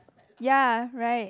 ya right